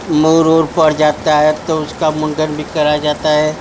मोर ओर पड़ जाता है तो उसका मुंडन भी कराया जाता है